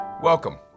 Welcome